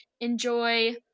enjoy